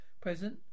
Present